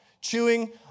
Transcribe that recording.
chewing